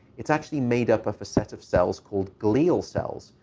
it's actually made up of a set of cells called glial cells,